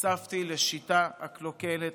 נחשפתי לשיטה הקלוקלת,